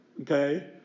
okay